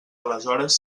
aleshores